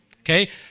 Okay